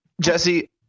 Jesse